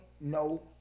No